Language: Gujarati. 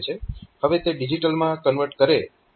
હવે તે ડિજીટલમાં કન્વર્ટ કરે તે વોલ્ટેજમાં શું તફાવત છે